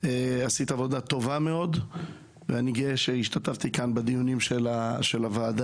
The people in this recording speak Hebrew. עשית עבודה טובה מאוד ואני גאה שהשתתפתי כאן בדיונים של הוועדה.